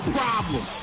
problem